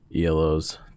ELO's